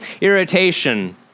irritation